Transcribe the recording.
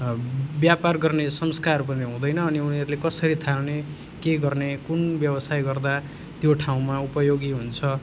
व्यापार गर्ने संस्कार पनि हुँदैन अनि उनीहरूले कसरी थाल्ने के गर्ने कुन व्यवसाय गर्दा त्यो ठाउँमा उपयोगी हुन्छ